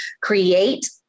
Create